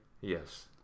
Yes